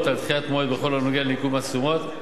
על דחיית מועד בכל הנוגע לניכוי מס תשומות.